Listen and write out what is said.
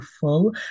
full